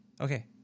Okay